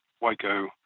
Waco